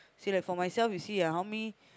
see lah for myself you see lah how many